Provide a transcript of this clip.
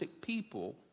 people